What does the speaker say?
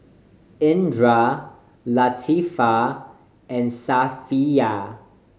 Indra Latifa and Safiya